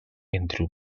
entre